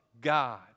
God